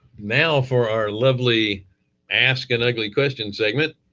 now for our lovely ask an ugly question segment.